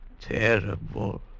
Terrible